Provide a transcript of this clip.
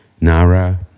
Nara